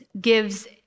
gives